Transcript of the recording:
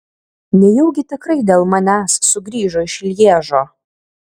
nejaugi tikrai dėl manęs sugrįžo iš lježo